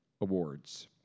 Awards